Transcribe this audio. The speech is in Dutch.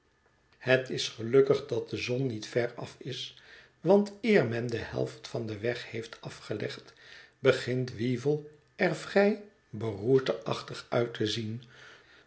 het is gelukkig dat de zon niet ver af is want eer men de helft van den weg heeft afgelegd begint weevle er vrij beroerte achtig uit te zien